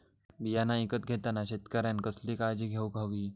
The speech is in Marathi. बियाणा ईकत घेताना शेतकऱ्यानं कसली काळजी घेऊक होई?